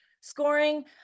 scoring